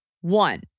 One